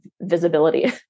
visibility